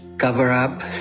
cover-up